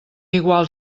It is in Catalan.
igual